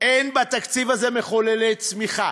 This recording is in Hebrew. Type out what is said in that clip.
אין בתקציב הזה מחוללי צמיחה.